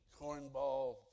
cornball